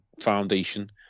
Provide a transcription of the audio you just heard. foundation